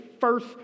first